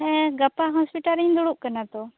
ᱦᱮᱸ ᱜᱟᱯᱟ ᱦᱚᱥᱯᱤᱴᱟᱞ ᱨᱤᱧ ᱫᱩᱲᱩᱵ ᱠᱟᱱᱟ ᱛᱚ